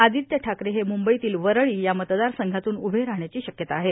आदित्य ठाकरे हे मुंबईतील वरळी या मतदारसंघातून उभे राहण्याची शक्यता आहे